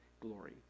glory